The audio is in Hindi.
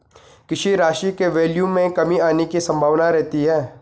किसी राशि के वैल्यू में कमी आने की संभावना रहती है